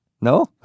No